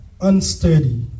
unsteady